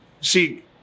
See